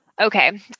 Okay